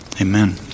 Amen